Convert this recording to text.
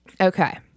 Okay